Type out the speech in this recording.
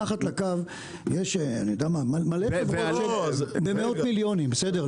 מתחת לקו יש אני יודע מלא במאות מיליונים בסדר?